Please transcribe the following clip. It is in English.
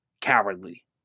cowardly